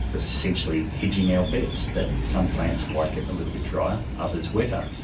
essentially hedging our bets that some plants like it a little bit drier, others wetter.